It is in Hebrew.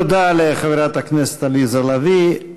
תודה לחברת הכנסת עליזה לביא.